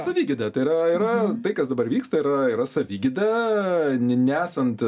savigyda tai yra yra tai kas dabar vyksta yra yra savigyda ne nesant